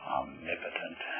omnipotent